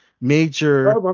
major